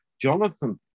Jonathan